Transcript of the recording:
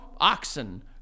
Oxen